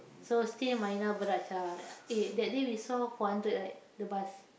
so still Marina-Barrage ah eh that day we saw four hundred right the bus